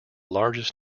largest